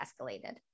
escalated